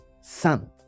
son